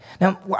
Now